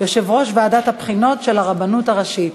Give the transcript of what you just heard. יושב-ראש ועדת הבחינות של הרבנות הראשית.